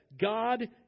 God